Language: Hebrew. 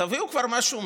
תביאו כבר משהו מעניין,